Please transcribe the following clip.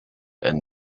and